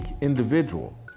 individual